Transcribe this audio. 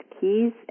keys